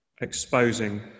exposing